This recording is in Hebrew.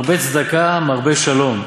מרבה צדקה, מרבה שלום.